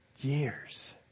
years